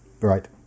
Right